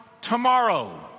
tomorrow